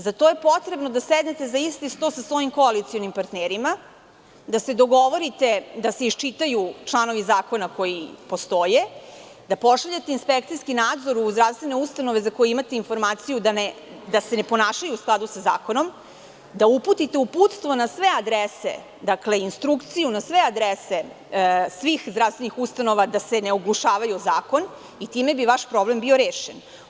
Za to je potrebno da sednete za isti sto sa svojim koalicionim partnerima, da se dogovorite da se isčitaju članovi zakona koji postoje, da pošaljete inspekcijski nadzor u zdravstvene ustanove za koje imati informaciju da se ne ponašaju u skladu sa zakonom, da uputite uputstvo na sve adrese, instrukciju na sve adrese svih zdravstvenih ustanova da se ne oglušavaju o zakon i time bi vaš problem bio rešen.